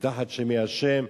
מתחת שמי השם,